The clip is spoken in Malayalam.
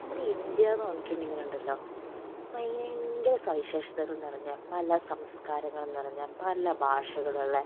നമ്മുടെ ഇന്ത്യ എന്ന് പറഞ്ഞിട്ടുണ്ടെങ്കിലുണ്ടല്ലോ ഭയങ്കര സവിഷേതകൾ നിറഞ്ഞ പല സംസ്കാരങ്ങൾ നിറഞ്ഞ പല ഭാഷകളുള്ള